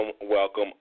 welcome